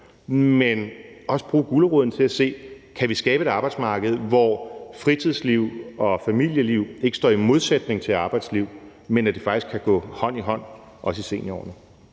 men også bruge guleroden i forhold til at se på, om vi kan skabe et arbejdsmarked, hvor fritidsliv og familieliv ikke står i modsætning til arbejdsliv, men at de faktisk kan gå hånd i hånd, også i seniorårene.